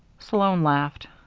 sloan laughed.